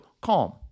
CALM